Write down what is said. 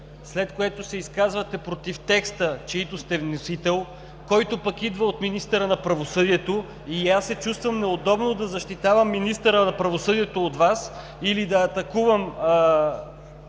след което се изказвате против текста, чийто вносител сте, който пък идва от министъра на правосъдието, и аз се чувствам неудобно да защитавам министъра на правосъдието от Вас или да атакувам.